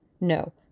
No